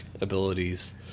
abilities